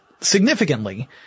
significantly